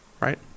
right